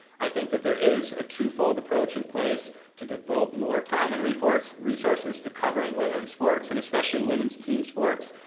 i think that there is a two-fold approach in place to devote more time and resources resources to covering women's sports, and especially women's team sports.